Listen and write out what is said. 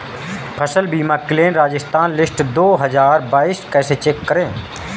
फसल बीमा claim Rajasthan list दो हज़ार बाईस कैसे चेक करें?